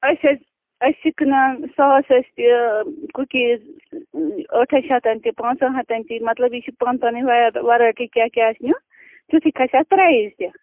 أسۍ حظ أسۍ چھِ کٕنان ساسَس تہِ کُکیٖز ٲٹھَے شَتَن تہِ پانٛژَن ہَتَن تہِ مطلب یہِ چھِ پَن پنٕنۍ وَرٲٹی کیٛاہ کیٛاہ آسہِ نیُن تیُتھُے کھَسہِ اَتھ پرٛایِز تہِ